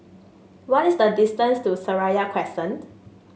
what is the distance to Seraya Crescent